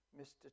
Mr